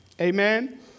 Amen